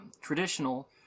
traditional